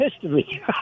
history